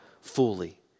fully